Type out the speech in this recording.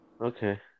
Okay